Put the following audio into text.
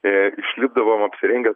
ir išlipdavom apsirengę